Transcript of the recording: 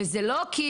וזה לא כי,